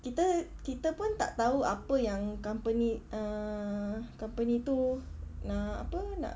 kita kita pun tak tahu apa yang company err company itu nak apa nak